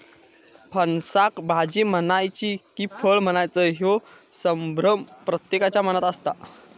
फणसाक भाजी म्हणायची कि फळ म्हणायचा ह्यो संभ्रम प्रत्येकाच्या मनात असता